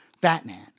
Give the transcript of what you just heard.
Batman